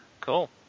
Cool